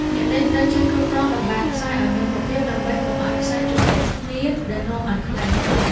អ្នកលេងត្រូវចេះគ្រប់គ្រងតម្បារខ្សែឱ្យមានរបៀប ដើម្បីកុំឱ្យខ្សែជំពាក់គ្នាដែលនាំឱ្យខ្លែងធ្លាក់។